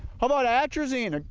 how about atrazine, ah